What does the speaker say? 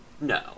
no